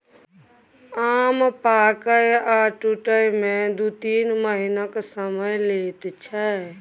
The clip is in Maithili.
आम पाकय आ टुटय मे दु तीन महीनाक समय लैत छै